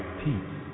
peace